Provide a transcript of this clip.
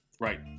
Right